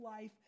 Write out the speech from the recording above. life